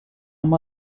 amb